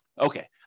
Okay